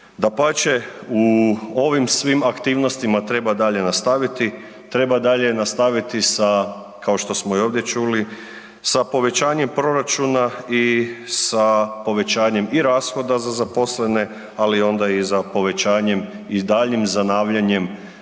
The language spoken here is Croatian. Dapače, u ovim svim aktivnostima treba dalje nastaviti, treba dalje nastaviti sa kao što i ovdje čuli, sa povećanjem proračuna i sa povećanjem i rashoda za zaposlene ali onda i za povećanjem i daljnjim zanavljanjem